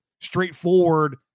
straightforward